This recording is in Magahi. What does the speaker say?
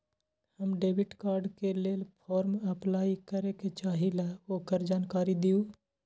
हम डेबिट कार्ड के लेल फॉर्म अपलाई करे के चाहीं ल ओकर जानकारी दीउ?